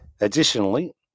Additionally